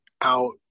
out